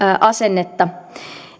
asennetta